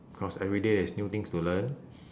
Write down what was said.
cause every day there is new things to learn